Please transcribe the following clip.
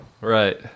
Right